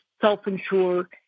self-insure